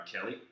Kelly